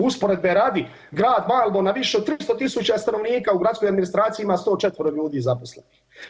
Usporedbe radi, grad Malbo na više od 300.000 stanovnika u gradskoj administraciji ima 104 ljudi zaposlenih.